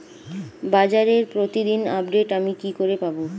বাজারের প্রতিদিন আপডেট আমি কি করে পাবো?